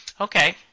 Okay